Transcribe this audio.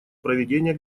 проведения